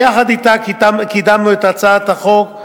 שיחד אתה קידמנו את הצעת החוק,